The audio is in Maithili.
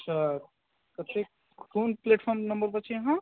अच्छा कतेक कोन प्लेटफॉर्म नंबर पर छियै अहाँ